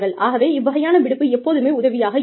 ஆகவே இவ்வகையான விடுப்பு எப்போதுமே உதவியாக இருக்கும்